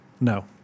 No